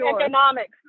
economics